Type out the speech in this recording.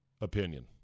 opinion